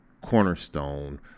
cornerstone